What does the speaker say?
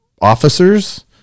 officers